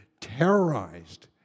terrorized